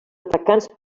atacants